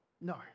No